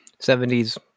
70s